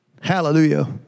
Hallelujah